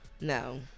no